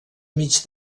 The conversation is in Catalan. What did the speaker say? mig